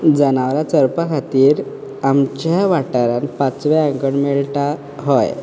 जनावरां चरपा खातीर आमच्याय वाटारान पांचवें आंगण मेळटा हय